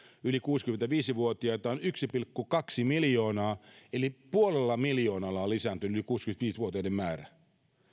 yli kuusikymmentäviisi vuotiaita on yksi pilkku kaksi miljoonaa eli puolella miljoonalla on lisääntynyt yli kuusikymmentäviisi vuotiaiden määrä